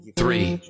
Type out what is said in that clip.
three